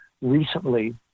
recently